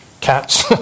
Cats